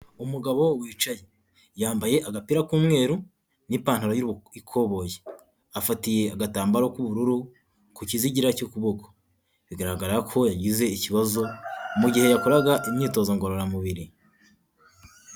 Umugabo wicaye yambaye agapira k'umweru n'ipantaro y'ikoboyi afatiye agatambaro k'ubururu ku kizigira cy'ukuboko. Bigaragara ko yagize ikibazo mu gihe yakoraga imyitozo ngororamubiri.